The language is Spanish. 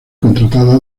contratada